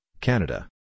Canada